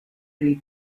ili